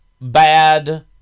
Bad